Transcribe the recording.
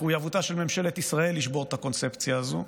מחויבותה של ממשלת ישראל היא לשבור את הקונספציה הזאת,